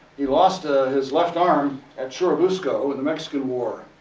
he lost ah his left arm at churubusco in the mexican war.